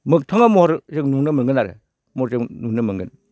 मोगथाङाव महर जों नुनो मोनगोन आरो महर जों नुनो मोनगोन